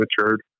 matured